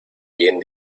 bien